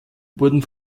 wurden